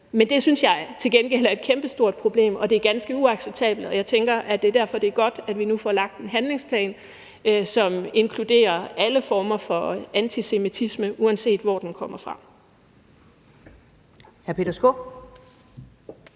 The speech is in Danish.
men det synes jeg til gengæld udgør et kæmpestort problem. Det er ganske uacceptabelt, og jeg tænker derfor, at det er godt, at vi nu får lagt en handlingsplan, som inkluderer alle former for antisemitisme, uanset hvor den kommer fra.